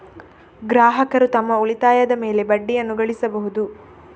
ಗ್ರಾಹಕರು ತಮ್ಮ ಉಳಿತಾಯದ ಮೇಲೆ ಬಡ್ಡಿಯನ್ನು ಗಳಿಸಬಹುದು